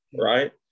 right